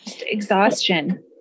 Exhaustion